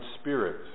spirit